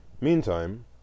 Meantime